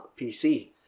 PC